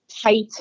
tight